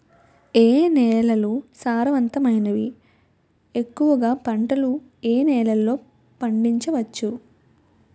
ఏ నేలలు సారవంతమైనవి? ఎక్కువ గా పంటలను ఏ నేలల్లో పండించ వచ్చు?